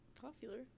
popular